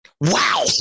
wow